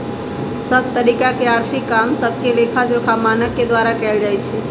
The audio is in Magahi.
सभ तरिका के आर्थिक काम सभके लेखाजोखा मानक के द्वारा कएल जाइ छइ